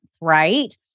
right